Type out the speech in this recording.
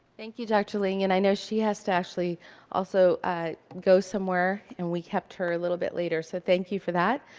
thank you, dr. ling. and i know that she has to actually also go somewhere, and we kept her a little bit later, so thank you for that.